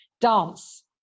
dance